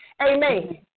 Amen